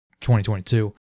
2022